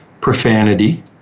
profanity